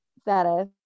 status